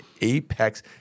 apex